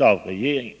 av regeringen.